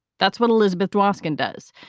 that's what elizabeth dwoskin does.